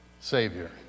Savior